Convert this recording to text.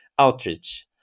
Outreach